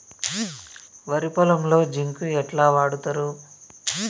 వరి పొలంలో జింక్ ఎట్లా వాడుతరు?